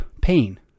pain